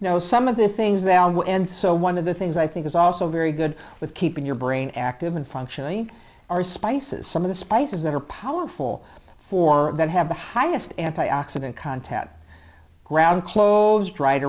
you know some of the things that and so one of the things i think is also very good with keeping your brain active and functionally are spices some of the spices that are powerful for that have the highest antioxidant contat grab clothes dried